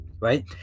right